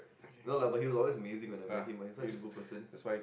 no lah but he's always amazing when I met him he's such a good person